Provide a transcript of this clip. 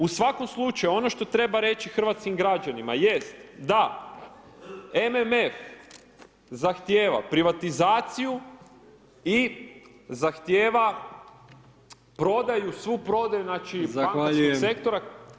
U svakom slučaju ono što treba reći hrvatskim građanima jest da MMF zahtjeva privatizaciju i zahtjeva prodaju, svu prodaju znači bankarskog sektora.